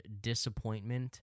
disappointment